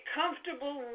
comfortable